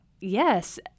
yes